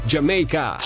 Jamaica